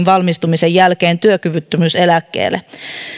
ammattiin valmistumisen jälkeen työkyvyttömyyseläkkeelle